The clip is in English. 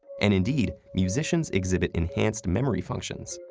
and, indeed, musicians exhibit enhanced memory functions,